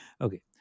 Okay